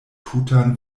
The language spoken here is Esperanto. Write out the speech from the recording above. tutan